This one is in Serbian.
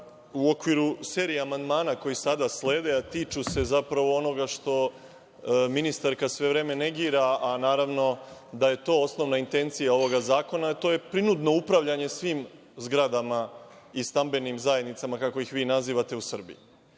u okviru serije amandmana koji sada slede, a tiču se zapravo onoga što ministarka sve vreme negira, a naravno da je to osnovna intencija ovog zakona, a to je prinudno upravljanje svim zgradama i stambenim zajednicama, kako ih vi nazivate, u Srbiji. Dakle,